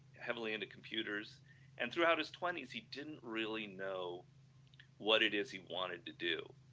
heavily into computers and throughout his twenties, he didn't really know what it is he wanted to do,